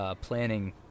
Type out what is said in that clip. planning